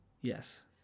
Yes